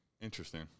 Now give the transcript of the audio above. Interesting